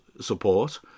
support